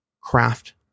craft